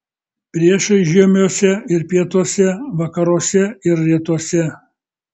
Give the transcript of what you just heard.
priešai žiemiuose ir pietuose vakaruose ir rytuose